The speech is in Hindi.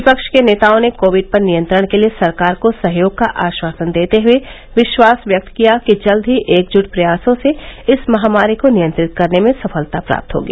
विपक्ष के नेताओं ने कोविड पर नियंत्रण के लिए सरकार को सहयोग का आश्वासन देते हए विश्वास व्यक्त किया कि जल्द ही एकजुट प्रयासों से इस महामारी को नियंत्रित करने में सफलता प्राप्त होगी